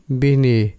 bini